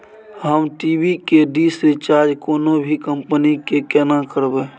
हम टी.वी के dish recharge कोनो भी कंपनी के केना करबे?